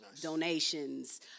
Donations